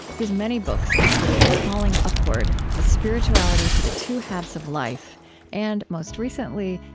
his many books include falling upward a spirituality for the two halves of life and, most recently,